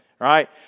right